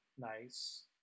Nice